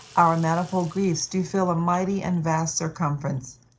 our manifold griefs do fill a mighty and vast circumference,